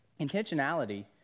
intentionality